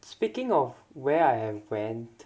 speaking of where I am friend